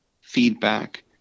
feedback